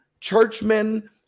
churchmen